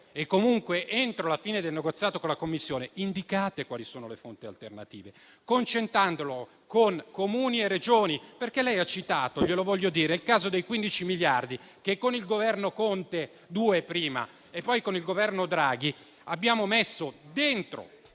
e comunque entro la fine del negoziato con la Commissione, indicate quali sono le fonti alternative, concertandole con Comuni e Regioni. Lei, infatti, ha citato - glielo voglio dire - il caso dei 15 miliardi che, prima con il Governo Conte II e poi con il Governo Draghi, abbiamo inserito